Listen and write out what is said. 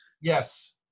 Yes